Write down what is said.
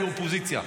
אני אופוזיציה.